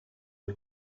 are